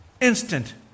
instant